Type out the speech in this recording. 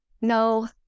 no